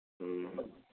ꯎꯝ